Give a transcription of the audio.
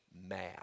mad